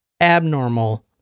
abnormal